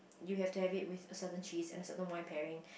you have to have it with a certain cheese and a certain wine pairing